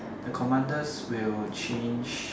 the commanders will change